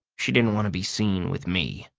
she didn't want to be seen with me.